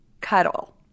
cuddle